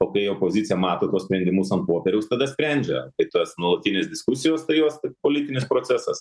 o kai opozicija mato tuos sprendimus ant popieriaus tada sprendžia tai tos nuolatinės diskusijos tai jos tik politinis procesas